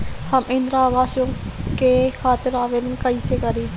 हम इंद्रा अवास के खातिर आवेदन कइसे करी?